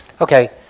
Okay